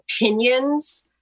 opinions